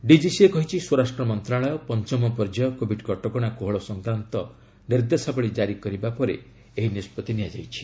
DGCA କହିଛି ସ୍ୱରାଷ୍ଟ୍ର ମନ୍ତ୍ରଣାଳୟ ପଞ୍ଚମ ପର୍ଯ୍ୟାୟ କୋବିଡ୍ କଟକଣା କୋହଳ ସଂକ୍ରାନ୍ତ ନିର୍ଦ୍ଦେଶାବଳୀ ଜାରି କରିବା ପରେ ଏହି ନିଷ୍ପତ୍ତି ନିଆଯାଇଛି